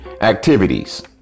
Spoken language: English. activities